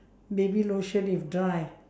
baby lotion if dry